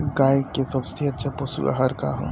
गाय के सबसे अच्छा पशु आहार का ह?